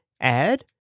add